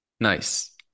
Nice